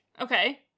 Okay